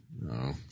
no